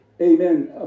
amen